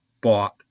bought